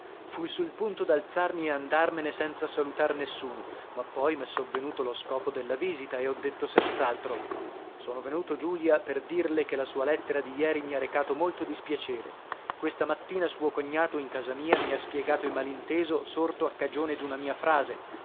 fui sul punto d'alzarmi e andarmene senza salutar nessuno ma poi m'è sovvenuto lo scopo della visita e ho detto senz'altro sono venuto giulia per dirle che la sua lettera di jeri mi ha recato molto dispiacere questa mattina suo cognato in casa mia mi ha spiegato il malinteso sorto a cagione d'una mia frase